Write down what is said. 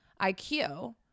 IQ